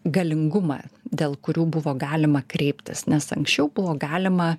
galingumą dėl kurių buvo galima kreiptis nes anksčiau buvo galima